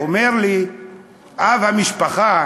אומר לי אב המשפחה: